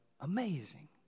amazing